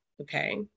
okay